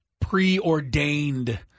preordained